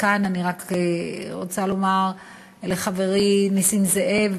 כאן אני רוצה לומר לחברי נסים זאב,